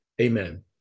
Amen